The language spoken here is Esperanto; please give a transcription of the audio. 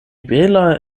bela